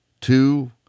two